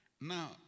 Now